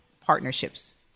partnerships